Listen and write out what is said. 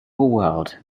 world